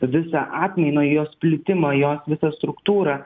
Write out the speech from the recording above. visą atmainą jos plitimą jos visą struktūrą